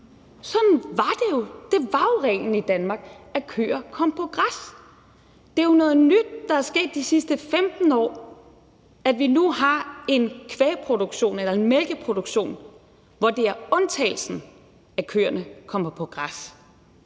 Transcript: Sådan var det. Det var jo reglen i Danmark, at køer kom på græs. Det er noget nyt, der er sket de sidste 15 år, at vi nu har en kvægproduktion eller en mælkeproduktion, hvor det er undtagelsen, at køerne kommer på græs.